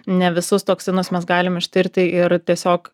ne visus toksinus mes galim ištirti ir tiesiog